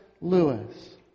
Lewis